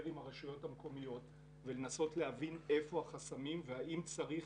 עם הרשויות המקומיות ולנסות להבין היכן החסמים והאם צריך